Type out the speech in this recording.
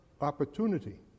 opportunity